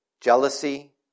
jealousy